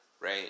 right